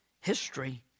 history